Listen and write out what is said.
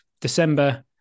December